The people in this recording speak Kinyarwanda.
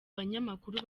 banyamakuru